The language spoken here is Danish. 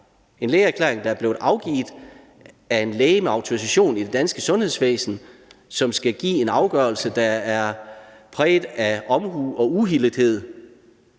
en lægeerklæring, der er blevet afgivet af en læge med autorisation i det danske sundhedsvæsen, som skal give en afgørelse, der er præget af omhu og uhildethed.